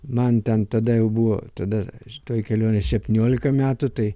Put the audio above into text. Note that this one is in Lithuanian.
man ten tada jau buvo tada toj kelionėj septyniolika metų tai